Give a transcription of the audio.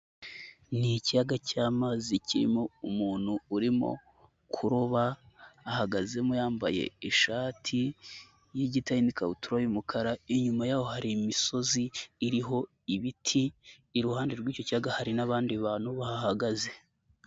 Ni ikiyaga cy'amazi kirimo umuntu urimo kuroba ahagazemo yambaye ishati y'igitare n'ikabutura y'umukara, inyuma yaho hari imisozi iriho ibiti, iruhande rw'icyo kiyaga hari n'abandi bantu bahagaze.